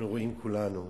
אנחנו רואים כולנו,